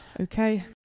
Okay